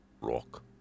Rock